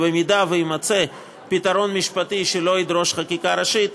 ובמידה שיימצא פתרון משפטי שלא ידרוש חקיקה ראשית,